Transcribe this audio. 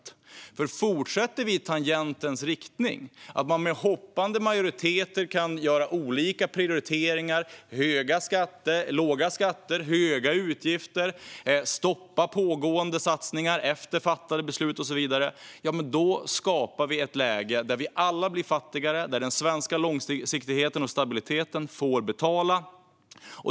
Om vi fortsätter i tangentens riktning då man med hoppande majoriteter kan göra olika prioriteringar - låga skatter, höga utgifter, stopp av pågående satsningar efter fattade beslut och så vidare - skapar vi ett läge där vi alla blir fattigare och där den svenska långsiktigheten och stabiliteten får betala.